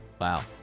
Wow